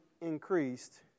increased